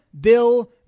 Bill